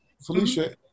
Felicia